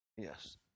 Yes